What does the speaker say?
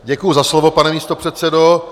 Děkuji za slovo, pane místopředsedo.